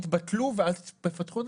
התבטלו ואל תפתחו,